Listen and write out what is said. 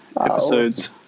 episodes